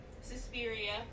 Suspiria